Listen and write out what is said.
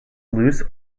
loose